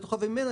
בתוכה וממנה,